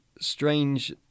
strange